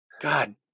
God